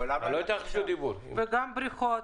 וגם בריכות.